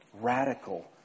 radical